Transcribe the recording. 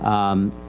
um,